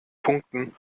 punkten